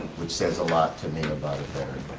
which says a lot to me about a